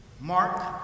mark